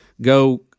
go